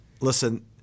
Listen